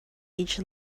each